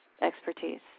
expertise